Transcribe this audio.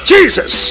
Jesus